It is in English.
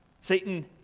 Satan